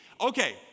Okay